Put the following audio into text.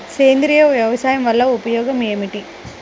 సేంద్రీయ వ్యవసాయం వల్ల ఉపయోగం ఏమిటి?